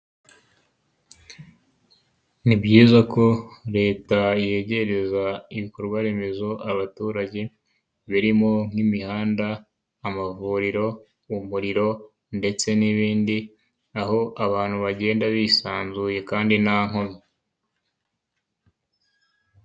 Ni byiza ko leta yegereza ibikorwa remezo abaturage birimo; nk'imihanda, amavuriro, umuriro ,ndetse n'ibindi.. Aho abantu bagenda bisanzuye kandi nta nkomyi.